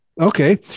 Okay